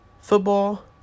football